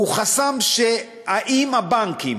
הוא חסם שהאם הבנקים,